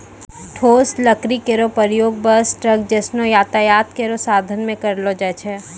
ठोस लकड़ी केरो प्रयोग बस, ट्रक जैसनो यातायात केरो साधन म करलो जाय छै